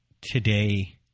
today